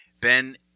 Ben